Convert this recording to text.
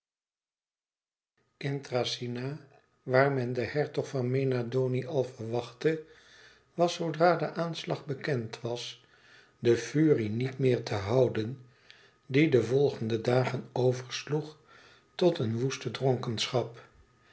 in thracyna waar men den hertog van mena doni al verwachtte was zoodra de aanslag bekend was de furie niet meer te houden die de volgende dagen oversloeg tot een woeste